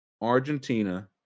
Argentina